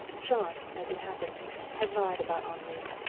jean, as it happens, had lied about henri.